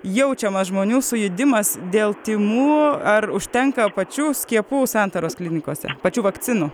jaučiamas žmonių sujudimas dėl tymų ar užtenka pačių skiepų santaros klinikose pačių vakcinų